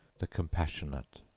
the compassionate!